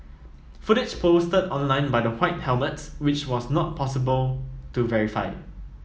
footage posted online by the White Helmets which was not possible to verify